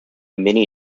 mini